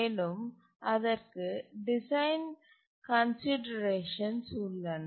மேலும் அதற்கு டிசைன் கன்சிடரேஷன்கள் உள்ளன